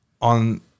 on